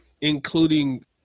including